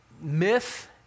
myth